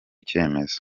cyemezo